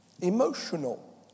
emotional